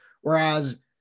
Whereas